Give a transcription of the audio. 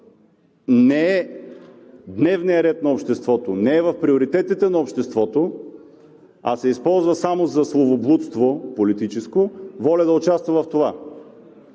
не е дневният ред на обществото, не е в приоритетите на обществото, а се използва само за словоблудство – политическо, ВОЛЯ, да участва в това.